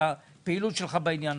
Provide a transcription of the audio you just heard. על הפעילות שלך בנושא,